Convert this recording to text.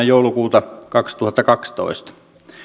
joulukuuta kaksituhattakaksitoista